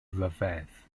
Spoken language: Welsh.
rhyfedd